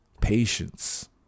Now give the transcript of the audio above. Patience